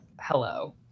hello